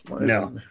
No